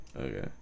okay